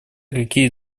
какие